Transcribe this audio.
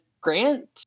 grant